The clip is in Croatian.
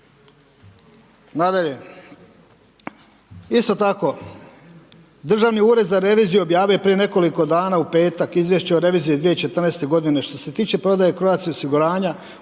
Nadalje, isto tako Državni ured za reviziju objavio je prije nekoliko dana u petak izvješće o reviziji 2014. godine. Što se tiče prodaje Croatia osiguranja